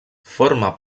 forma